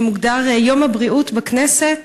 שמוגדר יום הבריאות בכנסת,